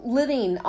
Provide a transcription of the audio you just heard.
living